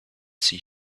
see